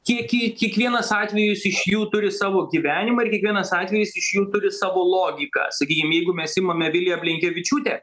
kiekį kiekvienas atvejis iš jų turi savo gyvenimą ir kiekvienas atvejis iš jų turi savo logiką sakykim jeigu mes imame viliją blinkevičiūtę